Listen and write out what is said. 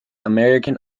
american